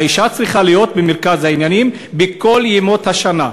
האישה צריכה להיות במרכז העניינים בכל ימות השנה.